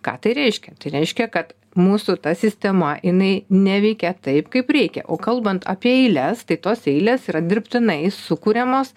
ką tai reiškia tai reiškia kad mūsų ta sistema jinai neveikia taip kaip reikia o kalbant apie eiles tai tos eilės yra dirbtinai sukuriamos